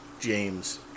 James